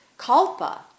Kalpa